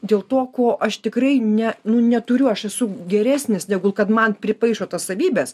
dėl to ko aš tikrai ne nu neturiu aš esu geresnis negul kad man pripaišo tas savybes